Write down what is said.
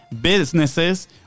Businesses